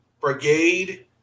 Brigade